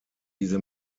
diese